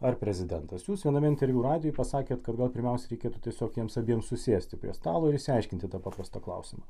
ar prezidentas jūs viename interviu radijui pasakėt kad gal pirmiausia reikėtų tiesiog jiems abiem susėsti prie stalo ir išsiaiškinti tą paprastą klausimą